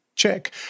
Check